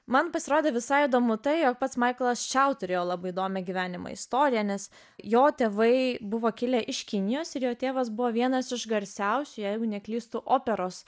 man pasirodė visai įdomu tai jog pats maiklas čiau turėjo labai įdomią gyvenimo istoriją nes jo tėvai buvo kilę iš kinijos ir jo tėvas buvo vienas iš garsiausių jeigu neklystu operos